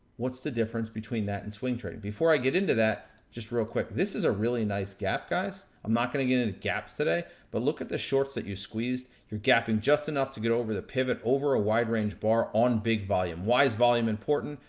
what's the difference between that and swing trading? before i get into that, just real quick, this is a really nice gap, guys. i'm not gonna get into gaps today, but look at the shorts that you squeezed, your gap in just enough to get over the pivot, over a wide range bar on big volume. why is volume important?